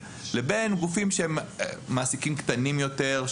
לבין גופים שהם מעסיקים קטנים יותר,